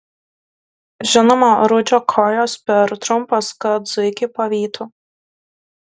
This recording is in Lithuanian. žinoma rudžio kojos per trumpos kad zuikį pavytų